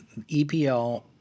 EPL